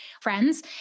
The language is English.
friends